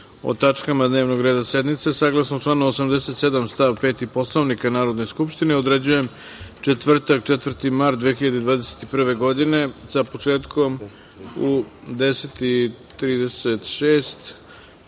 o tačkama dnevnog reda sednice, saglasno članu 87. stav 5. Poslovnika Narodne skupštine, određujem četvrtak 4. mart 2021. godine sa početkom u 10.36